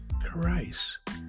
Christ